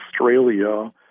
Australia